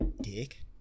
Dick